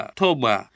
toba